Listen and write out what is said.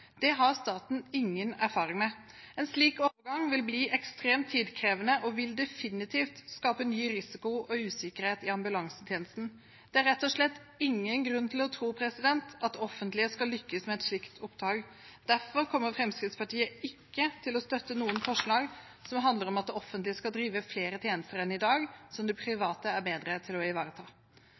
Det har staten ingen erfaring med. En slik overgang vil bli ekstremt tidkrevende og vil definitivt skape ny risiko og usikkerhet i ambulansetjenesten. Det er rett og slett ingen grunn til å tro at det offentlige skal lykkes med et slikt oppdrag. Derfor kommer Fremskrittspartiet ikke til å støtte noen forslag som handler om at det offentlige skal drive flere tjenester enn i dag, og som det private er bedre til å ivareta.